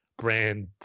grand